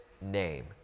name